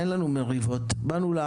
מרחוק.